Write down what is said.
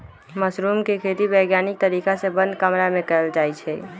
mushroom के खेती वैज्ञानिक तरीका से बंद कमरा में कएल जाई छई